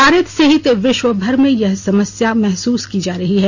भारत सहित विश्वभर में यह समस्या महसूस की जा रही है